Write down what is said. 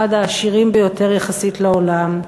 אחד העשירים ביותר יחסית לעולם,